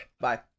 Bye